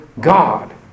God